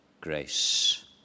grace